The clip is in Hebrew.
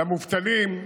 למובטלים,